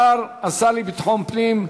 השר לביטחון פנים,